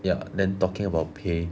ya then talking about pay